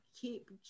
keep